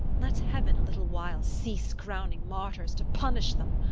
let heaven a little while cease crowning martyrs, to punish them